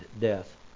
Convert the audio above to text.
death